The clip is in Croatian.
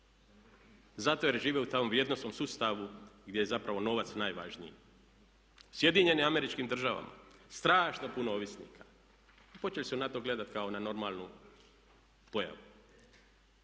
zato jer žive tamo u vrijednosnom sustavu gdje je zapravo novac najvažniji. U SAD-u strašno puno ovisnika, počeli su na to gledat kao na normalnu pojavu.